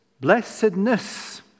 Blessedness